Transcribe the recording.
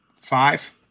five